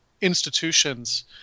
institutions